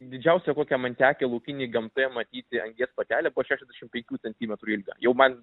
didžiausia kokią man tekę laukinėj gamtoje matyti angies patelė buvo šešiasdešim penkių centimetrų ilgio jau man